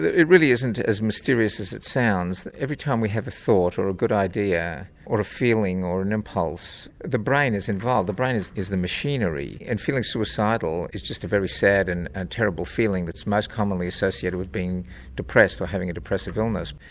it really isn't as mysterious as it sounds. every time we have a thought, or a good idea, or a feeling, or an impulse, the brain is involved. the brain is is the machinery, and feeling suicidal is just a very sad and and terrible feeling that's most commonly associated with being depressed or having a depressive illness.